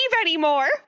anymore